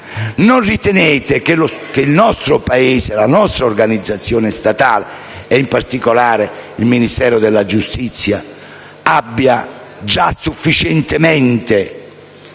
Non ritenete che il nostro Paese, la nostra organizzazione statale, e in particolare il Ministero della giustizia, abbiano sufficientemente